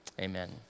amen